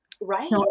Right